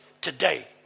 today